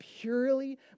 purely